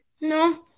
No